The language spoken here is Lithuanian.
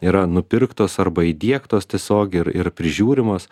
yra nupirktos arba įdiegtos tiesiog ir yra prižiūrimos